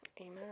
Amen